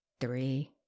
three